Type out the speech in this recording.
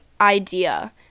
idea